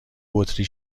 بطری